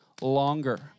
longer